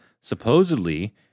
supposedly